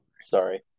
Sorry